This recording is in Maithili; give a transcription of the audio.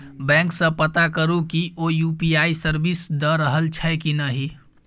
बैंक सँ पता करु कि ओ यु.पी.आइ सर्विस दए रहल छै कि नहि